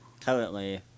Currently